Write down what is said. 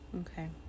okay